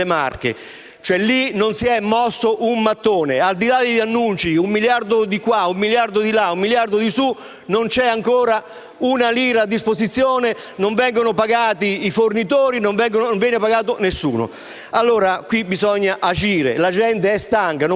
lì non si è mosso un mattone. Al di là degli annunci (un miliardo di qua e un miliardo di là) non c'è ancora una lira a disposizione, non vengono pagati i fornitori, non viene pagato nessuno. Qui bisogna agire. La gente è stanca e voi non potete portare